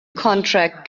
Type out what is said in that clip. contract